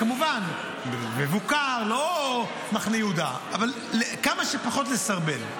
כמובן מבוקר, לא מחנה יהודה, אבל כמה שפחות לסרבל.